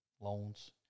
loans